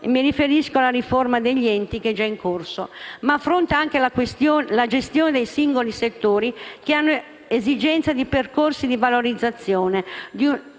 mi riferisco alla riforma degli enti, che è già in corso - ma affronta anche la gestione dei singoli comparti che hanno esigenza di percorsi di valorizzazione, di una